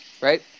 Right